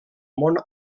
món